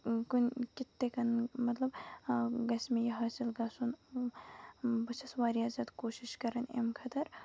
کُنہِ کِتھ تہِ کَنۍ مطلب گژھِ مےٚ یہِ حٲصِل گژھُن بہٕ چھَس واریاہ زیادٕ کوٗشِش کران اَمہِ خٲطرٕ